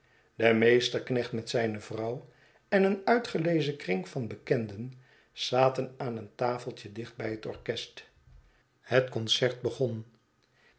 de meesterknecht met zijne vrouw en een uitgelezen kring van bekenden zaten aan een tafeltje dicht bij het orchest het concert begon